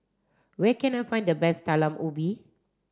where can I find the best Talam Ubi